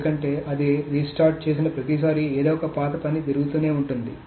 ఎందుకంటే అది రీస్టార్ట్ చేసిన ప్రతిసారీ ఏదో ఒక పాత పని జరుగుతూనే ఉంటుంది